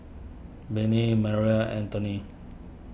Bennie Marie Antony